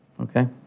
Okay